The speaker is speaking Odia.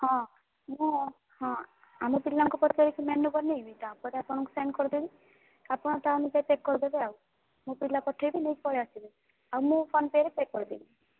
ହଁ ମୁଁ ହଁ ଆମ ପିଲାଙ୍କୁ ପଚାରିକି ମେନୁ ବନେଇବି ତା'ପରେ ଆପଣଙ୍କୁ ସେଣ୍ଡ୍ କରିଦେବି ଆପଣ ତା ଅନୁସାରେ ଚେକ୍ କରିଦେବେ ଆଉ ମୁଁ ପିଲା ପଠେଇବି ନେଇକି ପଳାଇ ଆସିବେ ଆଉ ମୁଁ ଫୋନ୍ପେ'ରେ ପେ' କରିଦେବି